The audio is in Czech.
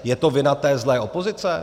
Je to vina té zlé opozice?